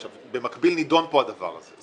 במקביל, נדון פה הדבר הזה.